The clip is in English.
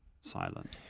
silent